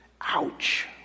Ouch